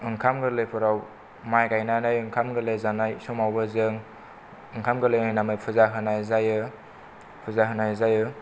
ओंखाम गरलैफोराव माइ गायनानै ओंखाम गोरलै जानाय समावबो जों ओंखाम गोरलैनि नामै पुजा होनाय जायो पुजा होनाय जायो